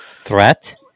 threat